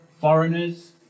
foreigners